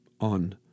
on